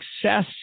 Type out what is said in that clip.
success